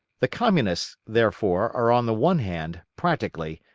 the communists, therefore, are on the one hand, practically,